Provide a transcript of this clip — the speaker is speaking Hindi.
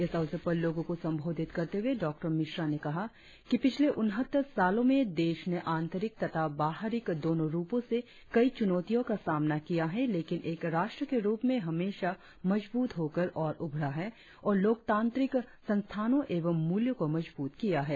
इस अवसर पर लोगो को संबोधित करते हुए डॉ मिश्रा ने कहा कि पिछले उनहत्तर सालो में देश ने आंतरिक तथा बाहरिक दोनो रुपो से कई चुनौतियों का सामना किया है लेकिन एक राष्ट्र के रुप में हमेसा मजबूत होकर और उभरा है और लोकतांत्रिक संस्थानो एवं मूल्यों को मजबूत किया है